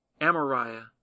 Amariah